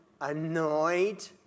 annoyed